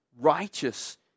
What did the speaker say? righteous